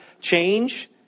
change